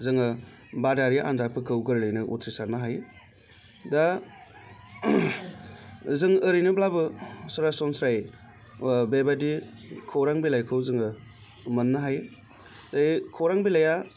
जोङो बादायारि आन्जादफोरखौ गोरलैयैनो उथ्रिसारनो हायो दा जों ओरैनोब्लाबो सरासनस्रायै बेबायदि खौरां बिलाइखौ जोङो मोननो हायो बे खौरां बिलाइआ